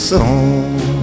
Soul